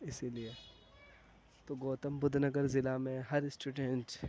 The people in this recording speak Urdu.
اسی لیے تو گوتم بدھ نگر ضلع میں ہر اسٹوڈنٹ